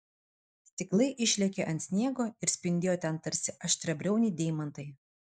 stiklai išlėkė ant sniego ir spindėjo ten tarsi aštriabriauniai deimantai